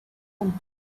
man